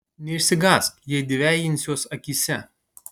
neišsigąsk jei dvejinsiuos akyse